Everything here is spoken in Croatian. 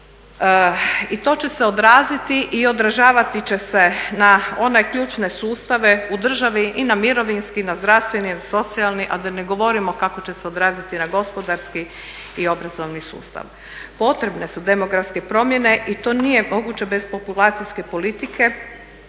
i to će se odraziti i odražavati će se na one ključne sustave u državi i na mirovinski i na zdravstveni i na socijalni, a da ne govorimo kako će se odraziti na gospodarski i obrazovni sustav. Potrebne su demografske promjene i to nije moguće bez populacijske politike